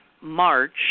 March